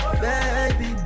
Baby